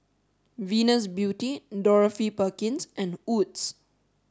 Venus Beauty Dorothy Perkins and Wood's